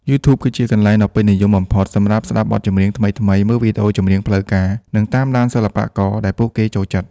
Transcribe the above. YouTube គឺជាកន្លែងដ៏ពេញនិយមបំផុតសម្រាប់ស្ដាប់បទចម្រៀងថ្មីៗ មើលវីដេអូចម្រៀងផ្លូវការ និងតាមដានសិល្បករដែលពួកគេចូលចិត្ត។